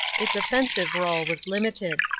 its offensive role was limited.